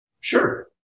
Sure